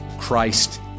Christ